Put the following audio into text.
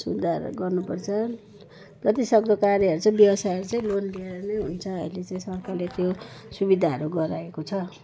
सुधार गर्नु पर्छ जति सक्दो कार्यहरू चाहिँ व्यवसाय चाहिँ लोन लिएर नै हुन्छ अहिले चाहिँ सरकारले त्यो सुविधाहरू गराएको छ